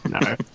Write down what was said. No